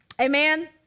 Amen